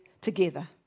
together